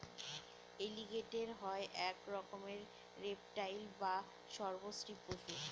এলিগেটের হয় এক রকমের রেপ্টাইল বা সর্প শ্রীপ পশু